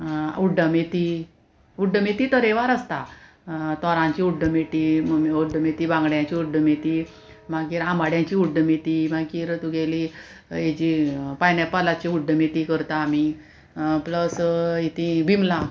उड्डमेथी उड्डमेथी तरेवार आसता तोरांची उड्डमेटी उड्डमेथी बांगड्यांची उड्डमेथी मागीर आमाड्यांची उड्डमेथी मागीर तुगेली हेजी पायनएपलाची उड्डमेथी करता आमी प्लस ही ती बिमलां